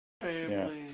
Family